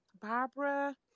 barbara